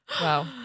Wow